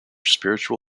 spiritual